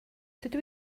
dydw